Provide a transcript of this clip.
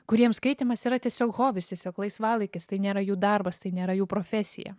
kuriems skaitymas yra tiesiog hobis tiesiog laisvalaikis tai nėra jų darbas tai nėra jų profesija